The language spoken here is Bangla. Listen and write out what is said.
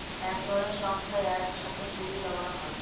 এক ধরনের সংস্থায় এক সাথে পুঁজি জমানো হয়